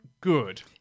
good